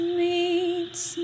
meets